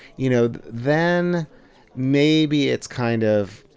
you know, then maybe it's kind of,